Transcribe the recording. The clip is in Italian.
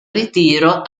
ritiro